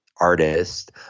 artist